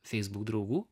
feisbuk draugų